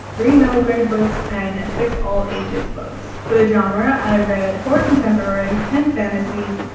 three middle grade books, and six all ages books. for the genre, i read four contemporary, ten fantasies,